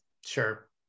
Sure